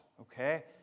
Okay